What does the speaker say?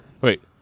Wait